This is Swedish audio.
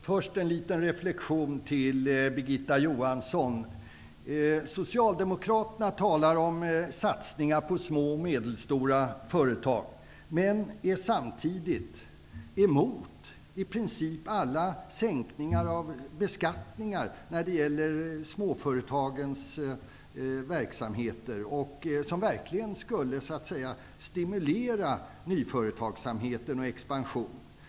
Fru talman! Jag vill först göra en reflexion på Socialdemokraterna talar om satsningar på små och medelstora företag men är samtidigt emot i princip alla de skattesänkningar när det gäller småföretagens verksamhet som verkligen skulle stimulera nyföretagsamhet och expansion.